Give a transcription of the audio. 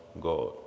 God